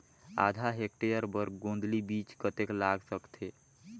आधा हेक्टेयर बर गोंदली बीच कतेक लाग सकथे?